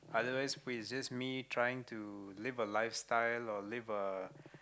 otherwise it's just me trying to live a lifestyle or live a